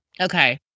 Okay